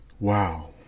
Wow